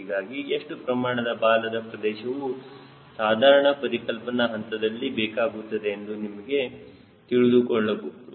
ಹೀಗಾಗಿ ಎಷ್ಟು ಪ್ರಮಾಣದ ಬಾಲದ ಪ್ರದೇಶವು ಸಾಧಾರಣ ಪರಿಕಲ್ಪನೆ ಹಂತದಲ್ಲಿ ಬೇಕಾಗುತ್ತದೆ ಎಂದು ನೀವು ಕಂಡುಹಿಡಿಯಬಹುದು